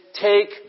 take